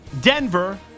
Denver